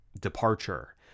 departure